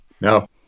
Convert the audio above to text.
no